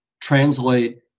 translate